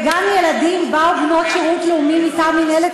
בגן ילדים באו בנות שירות לאומי מטעם מינהלת